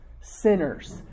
sinners